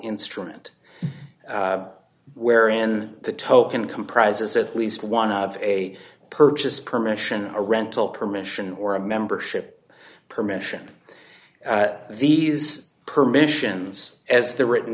instrument wherein the token comprises at least one of a purchase permission a rental permission or a membership permission these permissions as the written